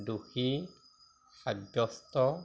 দোষী সাব্যস্ত